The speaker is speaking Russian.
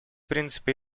принципы